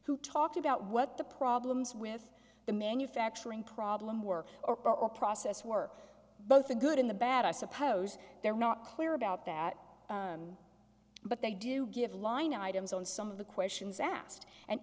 who talked about what the problems with the manufacturing problem were or process work both good in the bad i suppose they're not clear about that but they do give line items on some of the questions asked and